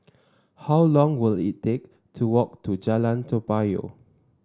how long will it take to walk to Jalan Toa Payoh